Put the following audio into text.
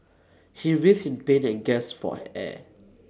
he writhed in pain and gasped for air